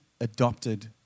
adopted